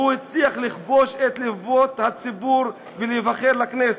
הוא הצליח לכבוש את לבבות הציבור ולהיבחר לכנסת.